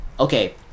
Okay